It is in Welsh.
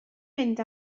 mynd